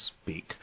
speak